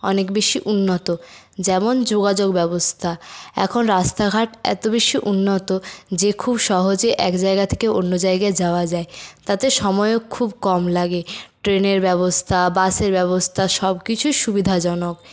অনেক বেশি উন্নত যেমন যোগাযোগ ব্যবস্থা এখন রাস্তাঘাট এত বেশি উন্নত যে খুব সহজে এক জায়গা থেকে অন্য জায়গায় যাওয়া যায় তাতে সময়ও খুব কম লাগে ট্রেনের ব্যবস্থা বাসের ব্যবস্থা সবকিছু সুবিধাজনক